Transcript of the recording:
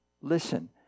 Listen